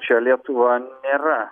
čia lietuva nėra